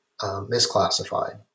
misclassified